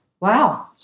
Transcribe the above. Wow